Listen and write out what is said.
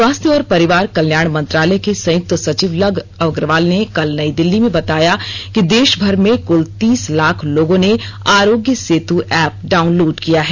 स्वास्थ्य और परिवार कल्याण मंत्रालय के संयुक्त सचिव लव अग्रवाल ने कल नई दिल्ली में बताया कि देशभर में कुल तीस लाख लोगों ने आरोग्य सेतु एप डाउनलोड किया है